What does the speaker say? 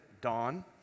Dawn